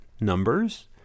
numbers